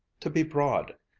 to be broad,